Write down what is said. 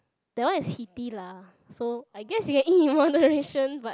that one is heaty lah so I guess you can eat in moderation but